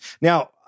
Now